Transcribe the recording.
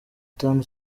tanu